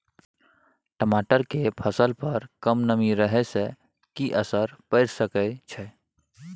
टमाटर के फसल पर कम नमी रहै से कि असर पैर सके छै?